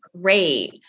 great